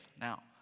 Now